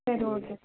சரி ஓகே